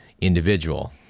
individual